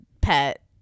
pet